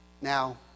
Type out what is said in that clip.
Now